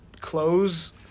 clothes